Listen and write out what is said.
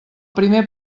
primer